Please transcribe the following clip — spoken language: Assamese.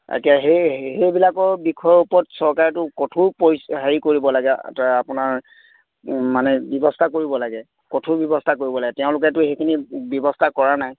এতিয়া সেইবিলাকৰ বিষয়ৰ ওপৰত চৰকাৰেতো কঠোৰ হেৰি কৰিব লাগে আপোনাৰ মানে ব্যৱস্থা কৰিব লাগে কঠোৰ ব্যৱস্থা কৰিব লাগে তেওঁলোকে সেইখিনি ব্যৱস্থা কৰা নাই